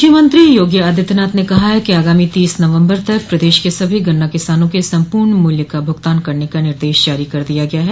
मुख्यमंत्री ने कहा कि आगामी तीस नवम्बर तक प्रदेश के सभी गन्ना किसानों के सम्पूर्ण मूल्य का भुगतान करने का निर्देश जारी कर दिया गया है